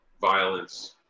violence